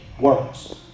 works